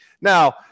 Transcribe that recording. now